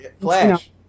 Flash